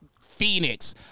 Phoenix